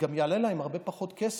זה גם יעלה להם הרבה פחות כסף,